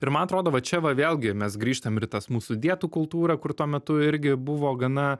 ir man atrodo va čia va vėlgi mes grįžtam ir į tas mūsų dietų kultūra kur tuo metu irgi buvo gana